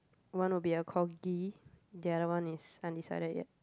one will be a corgi the other one is undecided yet